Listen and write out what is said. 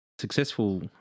successful